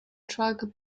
track